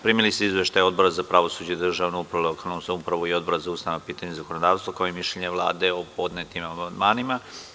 Primili ste izveštaj Odbora za pravosuđe, državnu upravu i lokalnu samoupravu i Odbora za ustavna pitanja i zakonodavstvo, kao i mišljenje Vlade o podnetim amandmanima.